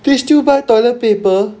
they still buy toilet paper